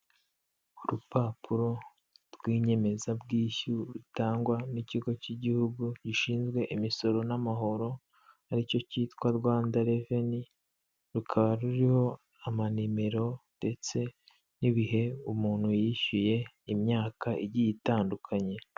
Urupapuro rw'inyemezabwishyu rutangwa n'ikigo cy'igihugu gishinzwe imisoro n'amahoro aricyo cyitwa Rwanda reveni rukaba ruriho amanimero ndetse n'ibihe umuntu yishyuye imyaka igiye itandukanye.